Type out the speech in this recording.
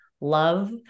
love